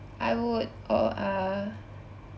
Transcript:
I would oh uh